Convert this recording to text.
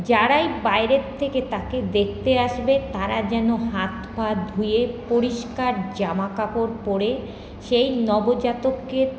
যারাই বাইরের থেকে তাকে দেখতে আসবে তারা যেন হাত পা ধুয়ে পরিষ্কার জামাকাপড় পরে সেই নবজাতককে